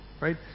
right